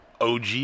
OG